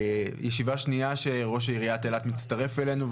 זו ישיבה שנייה שראש עיריית אילת מצטרף אלינו,